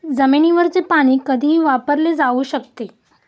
जमिनीवरचे पाणी कधीही वापरले जाऊ शकते